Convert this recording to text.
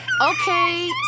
Okay